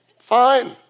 fine